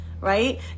right